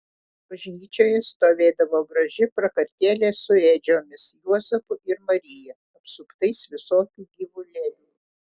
bažnyčioje stovėdavo graži prakartėlė su ėdžiomis juozapu ir marija apsuptais visokių gyvulėlių